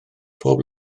pob